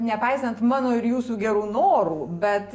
nepaisant mano ir jūsų gerų norų bet